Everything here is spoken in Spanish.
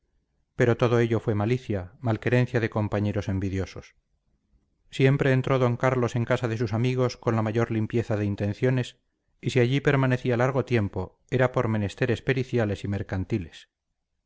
pero todo ello fue malicia malquerencia de compañeros envidiosos siempre entró d carlos en casa de sus amigos con la mayor limpieza de intenciones y si allí permanecía largo tiempo era por menesteres periciales y mercantiles